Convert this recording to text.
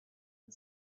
and